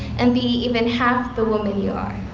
and be even half the woman you are.